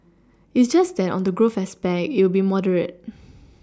it's just that on the growth aspect it will moderate